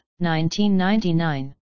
1999